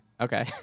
Okay